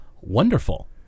Wonderful